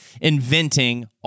inventing